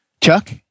Chuck